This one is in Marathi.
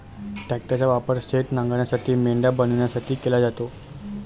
ट्रॅक्टरचा वापर शेत नांगरण्यासाठी, मेंढ्या बनवण्यासाठी केला जातो